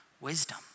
wisdom